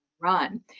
run